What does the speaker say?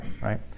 right